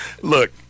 Look